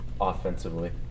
offensively